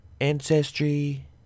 ancestry